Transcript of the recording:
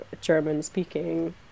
German-speaking